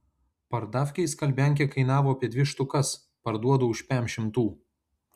pardavkėj skalbiankė kainavo apie dvi štukas parduodu už pem šimtų